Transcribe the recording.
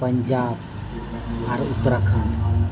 ᱯᱟᱧᱡᱟᱵᱽ ᱟᱨ ᱩᱛᱛᱚᱨᱟᱠᱷᱚᱸᱰ